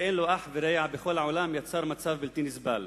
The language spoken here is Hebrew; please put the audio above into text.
שאין לו אח ורע בכל העולם, יצר מצב בלתי נסבל,